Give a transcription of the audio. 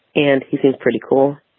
and this is pretty cool.